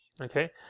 okay